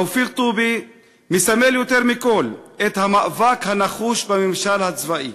תופיק טובי מסמל יותר מכול את המאבק הנחוש בממשל הצבאי.